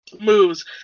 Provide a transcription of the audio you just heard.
moves